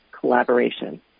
collaboration